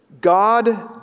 God